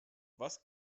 was